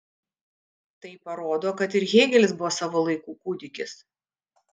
tai parodo kad ir hėgelis buvo savo laikų kūdikis